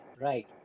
right